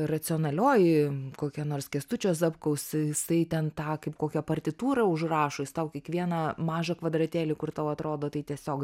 racionalioji kokia nors kęstučio zapkaus jisai ten tą kaip kokią partitūrą užrašo jis tau kiekvieną mažą kvadratėlį kur tau atrodo tai tiesiog